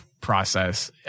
process